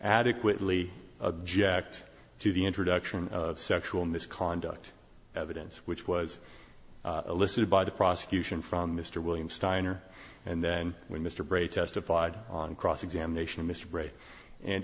adequately object to the introduction of sexual misconduct evidence which was elicited by the prosecution from mr william steiner and then when mr bray testified on cross examination of mr brace and